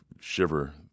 shiver